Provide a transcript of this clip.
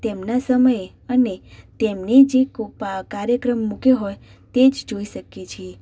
તેમના સમયે અને તેમને જે કોપા કાર્યક્રમ મૂક્યો હોય તે જ જોઈ શકીએ છે